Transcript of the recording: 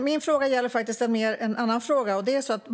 Min fråga gäller en annan fråga.